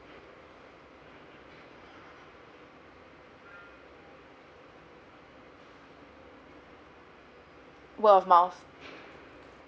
word of mouth